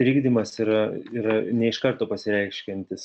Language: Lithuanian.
trikdymas yra yra ne iš karto pasireiškiantis